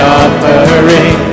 offering